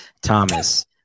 Thomas